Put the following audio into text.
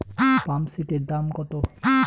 পাম্পসেটের দাম কত?